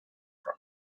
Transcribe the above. from